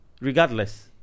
Regardless